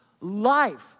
life